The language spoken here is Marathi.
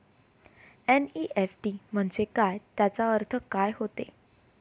एन.ई.एफ.टी म्हंजे काय, त्याचा अर्थ काय होते?